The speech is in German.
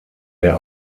der